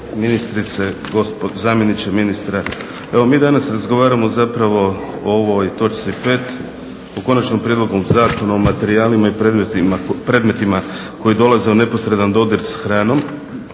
ministrice, zamjeniče ministra. Evo mi danas razgovaramo zapravo o ovoj točci 5. o Konačnom prijedlogu Zakona o materijalima i predmetima koji dolaze u neposredan dodir s hranom.